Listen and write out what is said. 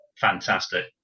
fantastic